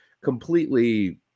completely